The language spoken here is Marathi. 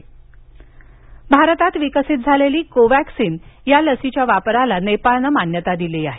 नेपाळ भारतात विकसित झालेली कोवॅक्सिन या लसीच्या वापरास नेपाळनं मान्यता दिली आहे